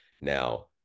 Now